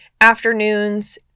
afternoons